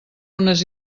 unes